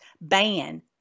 ban